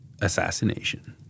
assassination